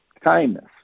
kindness